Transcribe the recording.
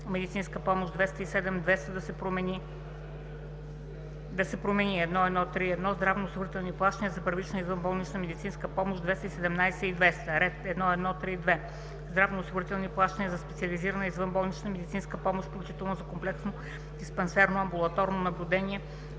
медицинска помощ 207 200,0” да се промени 1.1.3.1. „здравноосигурителни плащания за първична извънболнична медицинска помощ 217 200,0“; - Ред 1.1.3.2. „здравноосигурителни плащания за специализирана извънболнична медицинска помощ (вкл. за комплексно диспансерно (амбулаторно) наблюдение)